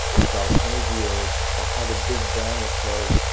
what dark energy is, or how the big bang occurred,